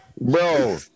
bro